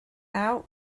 out